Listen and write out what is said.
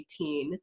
2018